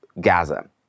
Gaza